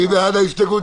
מי בעד ההסתייגות,